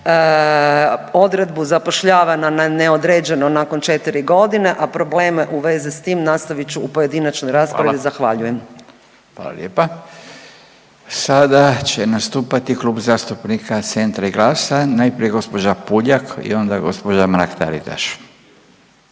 odredbu zapošljavanja na neodređeno nakon četiri godine, a probleme u vezi s tim nastavit ću u pojedinačnoj raspravi. Zahvaljujem. **Radin, Furio (Nezavisni)** Hvala lijepa. Sada će nastupati Klub zastupnika Centra i GLAS-a, najprije gospođa Puljak i onda gospođa Mrak Taritaš.